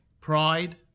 pride